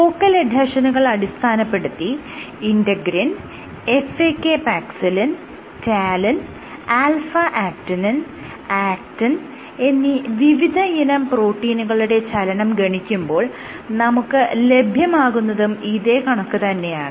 focal എഡ്ഹെഷനുകൾ അടിസ്ഥാനപ്പെടുത്തി integrin FAKപാക്സിലിൻ റ്റാലിൻ ആൽഫ ആക്റ്റിനിൻ ആക്റ്റിൻ എന്നീ വിവിധയിനം പ്രോട്ടീനുകളുടെ ചലനം ഗണിക്കുമ്പോൾ നമുക്ക് ലഭ്യമാകുന്നതും ഇതേ കണക്ക് തന്നെയാണ്